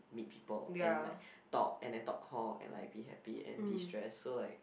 meet people and like talk and then talk cock and like be happy and destress so like